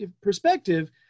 perspective